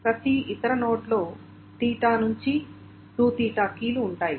ప్రతి ఇతర నోడ్లో 𝚹 నుండి 2𝚹 కీలు ఉంటాయి